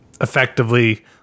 effectively